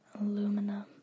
Aluminum